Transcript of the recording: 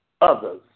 others